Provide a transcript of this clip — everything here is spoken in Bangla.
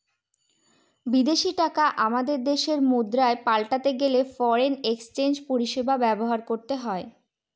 বিদেশী টাকা আমাদের দেশের মুদ্রায় পাল্টাতে গেলে ফরেন এক্সচেঞ্জ পরিষেবা ব্যবহার করতে হয়